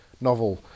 novel